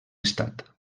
estat